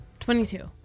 22